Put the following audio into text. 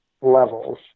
levels